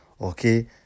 Okay